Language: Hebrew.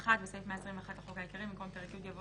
121 4. בסעיף 121 לחוק העיקרי, במקום "פרק י'"